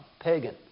pagan